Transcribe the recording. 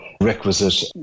requisite